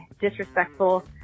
disrespectful